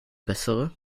bessere